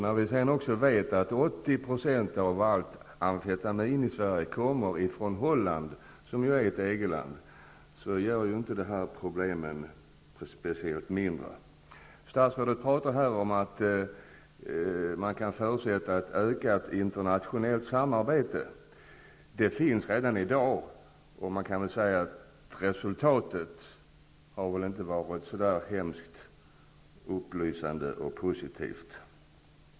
När vi sedan också vet att 80 % av allt amfetamin i Sverige kommer från Holland, som ju är ett EG-land, gör detta inte problemet särskilt mindre. Statsrådet talar här om att man kan förutsätta ett ökat internationellt samarbete. Det finns redan i dag, men resultatet har inte varit speciellt uppmuntrande eller positivt.